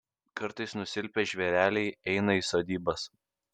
kartais nusilpę žvėreliai eina į sodybas